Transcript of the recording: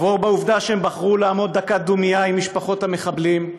עבור בעובדה שהם בחרו לעמוד דקה דומייה עם משפחות המחבלים,